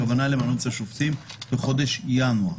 הכוונה למנות את השופטים בחודש ינואר.